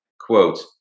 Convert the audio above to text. quote